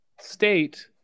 state